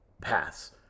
Pass